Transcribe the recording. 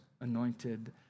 anointed